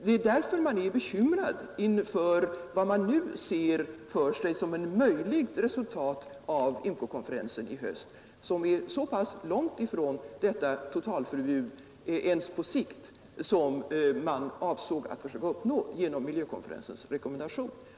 Det är därför jag är bekymrad inför vad som nu synes bli ett möjligt resultat av IMCO-konferensen i höst, ett resultat som är långt ifrån det totalförbud — ens på sikt — som man avsåg att försöka uppnå genom miljökonferensens rekommendation.